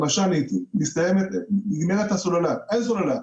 למשל נגמרת הסוללה, אין סוללה.